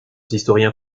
historiens